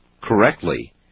correctly